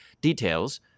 details